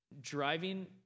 driving